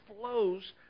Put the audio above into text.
flows